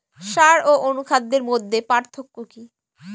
সার ও অনুখাদ্যের মধ্যে পার্থক্য কি?